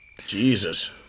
Jesus